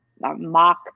mock